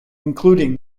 including